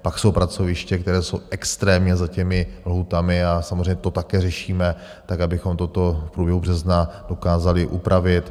Pak jsou pracoviště, které jsou extrémně za těmi lhůtami a samozřejmě to také řešíme tak, abychom toto v průběhu března dokázali upravit.